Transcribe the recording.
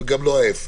וגם לא ההפך.